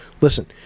listen